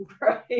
right